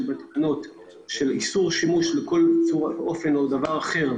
בתקנות לגבי איסור שימוש במידע שהתקבל בכל אופן אחר.